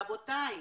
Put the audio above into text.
רבותיי,